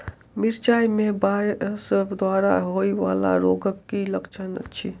मिरचाई मे वायरस द्वारा होइ वला रोगक की लक्षण अछि?